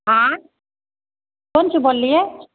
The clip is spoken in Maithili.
आँय कोन चीज बोललियै